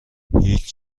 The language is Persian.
هیچ